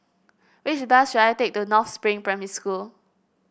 which bus should I take to North Spring Primary School